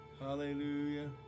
Hallelujah